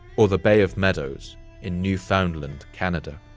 or the bay of meadows in newfoundland, canada.